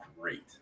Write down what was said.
great